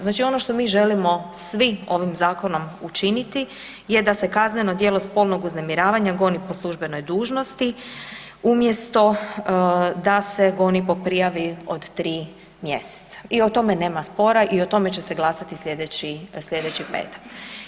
Znači ono što mi želimo svi ovim zakonom učiniti je da kazneno djelo spolnog uznemiravanja goni po službenoj dužnosti umjesto da se goni po prijavi od 3 mj. i o tome na spora i o tome će se glasati slijedeći petak.